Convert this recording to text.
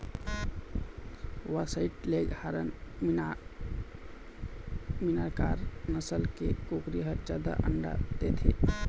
white leghorn, Minorca नसल के कुकरी ह जादा अंडा देथे